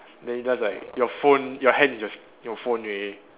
then just like your phone your hand is like your phone already